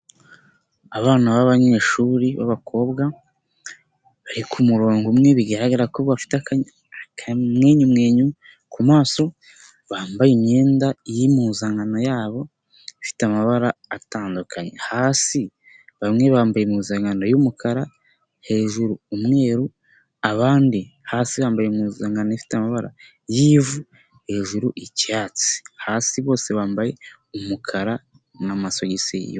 Abana b'abanyeshuri b'abakobwa bari kumurongo umwe, bigaragara ko bafite akamwenyu kumaso, bambaye imyenda y'impuzankano yabo ifite amabara atandukanye. Hasi bamwe bambaye impuzankanda y'umukara, hejuru umweru, abandi hasi bambaye impunkano ifite amabara y'ivu, hejuru icyatsi. Hasi bose bambaye umukara n'amasogisi y'umweru.